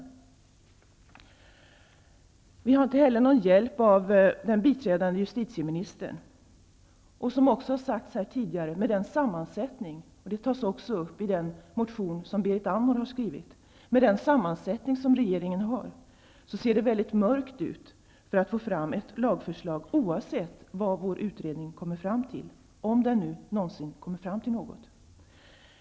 Vi har här inte heller någon hjälp av den biträdande justitieministern. Som också har sagts här tidigare, vilket även nämns i den motion som Berit Andnor har skrivit, ser det med den sammansättning som regeringen har mycket mörkt ut när det gäller att få fram ett lagförslag, oavsett vad vår utredning kommer fram till, om den nu någonsin kommer fram till något.